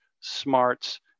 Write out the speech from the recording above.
smarts